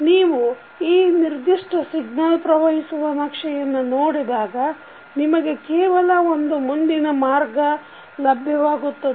ನೀವು ಈ ನಿರ್ದಿಷ್ಟ ಸಿಗ್ನಲ್ ಪ್ರವಹಿಸುವ ನಕ್ಷೆಯನ್ನು ನೋಡಿದಾಗ ನಿಮಗೆ ಕೇವಲ ಒಂದು ಮುಂದಿನ ಮಾರ್ಗ ಲಬ್ಯವಾಗುತ್ತದೆ